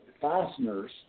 fasteners